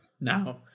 now